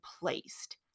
placed